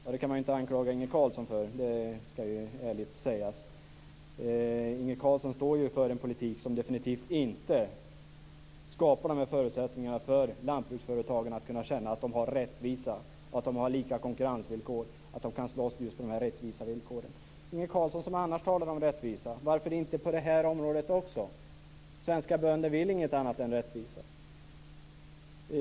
Ja, det kan man inte anklaga Inge Carlson för att göra, det ska ärligt sägas. Inge Carlsson står ju för en politik som definitivt inte skapar förutsättningar för lantbruksföretagen att känna att de har rättvisa och lika konkurrensvillkor och att de kan slåss just på de här rättvisa villkoren. Inge Carlsson, som annars talar om rättvisa: Varför inte på det här området också? Svenska bönder vill inget annat än rättvisa.